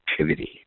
activity